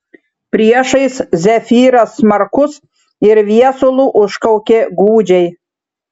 priešais zefyras smarkus ir viesulu užkaukė gūdžiai